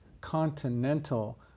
continental